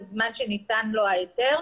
בזמן שניתן לו ההיתר,